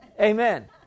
Amen